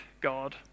God